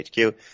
HQ